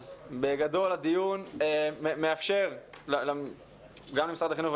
בגדול הדיון מאפשר גם למשרד החינוך,